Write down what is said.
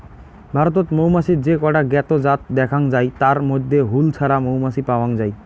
ভারতত মৌমাছির যে কয়টা জ্ঞাত জাত দ্যাখ্যাং যাই তার মইধ্যে হুল ছাড়া মৌমাছি পাওয়াং যাই